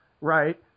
right